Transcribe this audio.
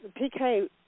PK